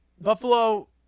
Buffalo